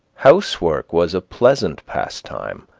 housework was a pleasant pastime.